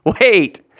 Wait